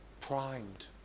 primed